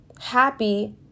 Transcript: happy